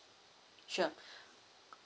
sure